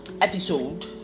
episode